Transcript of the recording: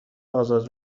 آزاد